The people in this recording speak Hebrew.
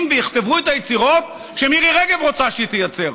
ויכתבו את היצירות שמירי רגב רוצה שהם ייצרו.